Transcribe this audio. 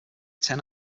ten